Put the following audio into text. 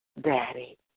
Daddy